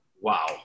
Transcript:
wow